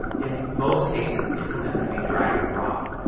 in most cases it's simply going to be drag and drop.